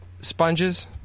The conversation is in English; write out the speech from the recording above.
sponges